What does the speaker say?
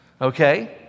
okay